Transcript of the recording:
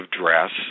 dress